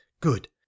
good